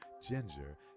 ginger